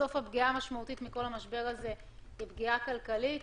בסוף הפגיעה המשמעותית מכל המשבר הזה היא פגיעה כלכלית,